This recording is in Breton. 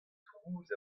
trouz